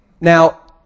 Now